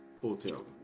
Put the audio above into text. Hotel